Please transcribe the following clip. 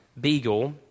Beagle